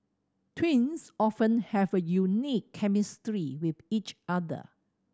twins often have a unique chemistry with each other